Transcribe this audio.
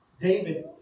David